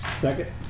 second